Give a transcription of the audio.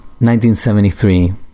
1973